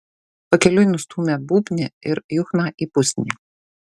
pakeliui nustūmė būbnį ir juchną į pusnį